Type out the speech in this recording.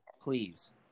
please